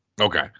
Okay